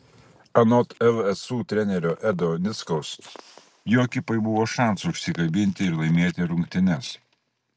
anot lsu trenerio edo nickaus jo ekipai buvo šansų užsikabinti ir laimėti rungtynes